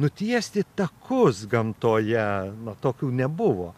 nutiesti takus gamtoje nu tokių nebuvo